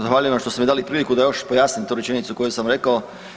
Zahvaljujem vam što ste mi dali priliku da još pojasnim tu rečenicu koju sam rekao.